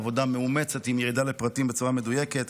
עבודה מאומצת עם ירידה לפרטים בצורה מדויקת.